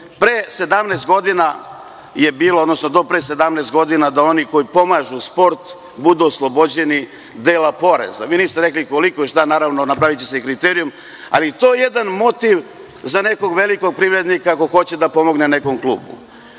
pre 17 godina je bilo da oni koji pomažu sport budu oslobođeni dela poreza. Vi niste rekli koliko i šta, naravno, napraviće se kriterijum, ali to je jedan motiv za nekog velikog privrednika ako hoće da pomogne nekom klubu.